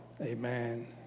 Amen